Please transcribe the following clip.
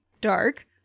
dark